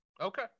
Okay